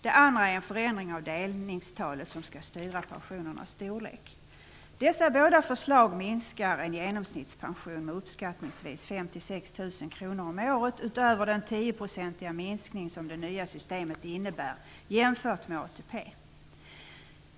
Det andra gäller en förändring av fördelningstalet, som skall styra pensionernas storlek. Dessa båda förslag innebär en minskning av en genomsnittspension med uppskattningsvis 5 000-6 000 kr om året utöver den 10-procentiga minskning som det nya systemet innebär jämfört med ATP.